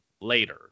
later